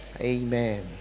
amen